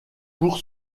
pour